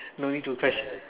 no need to ques~